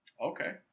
Okay